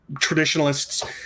traditionalists